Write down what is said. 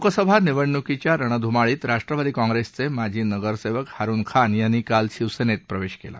लोकसभा निवडणुकीच्या रणध्माळीत राष्ट्रवादी काँग्रेसचे माजी नगरसेवक हारून खान यांनी काल शिवसेनेत प्रवेश केला